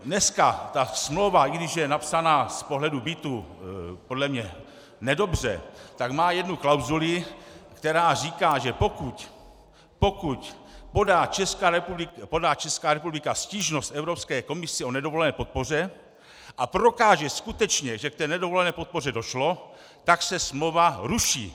Dneska ta smlouva, i když je napsaná z pohledu bytů podle mě nedobře, tak má jednu klauzuli, která říká, že pokud podá Česká republika stížnost Evropské komisi o nedovolené podpoře a prokáže skutečně, že k té nedovolené podpoře došlo, tak se smlouva ruší.